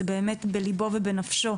זה באמת בליבו ובנפשו,